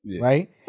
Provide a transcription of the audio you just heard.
right